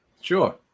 Sure